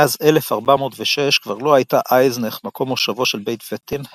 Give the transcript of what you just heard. מאז 1406 כבר לא הייתה אייזנך מקום מושבו של בית וטין,